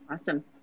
Awesome